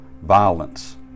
Violence